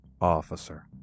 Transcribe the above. officer